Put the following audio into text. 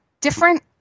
different